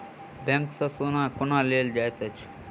bank सँ सोना केना लेल जाइत अछि